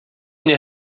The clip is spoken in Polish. nie